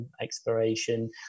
exploration